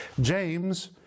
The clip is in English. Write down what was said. James